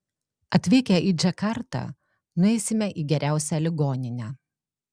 atvykę į džakartą nueisime į geriausią ligoninę